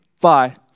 bye